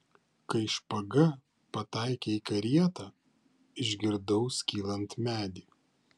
kai špaga pataikė į karietą išgirdau skylant medį